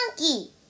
monkey